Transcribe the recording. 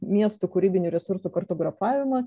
miestų kūrybinių resursų kartografavimą